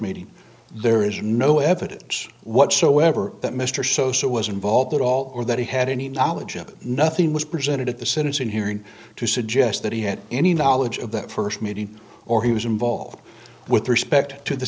meeting there is no evidence whatsoever that mr sosa was involved at all or that he had any knowledge of that nothing was presented at the sentencing hearing to suggest that he had any knowledge of that first meeting or he was involved with respect to the